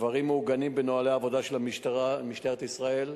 הדברים מעוגנים בנוהלי העבודה של משטרת ישראל,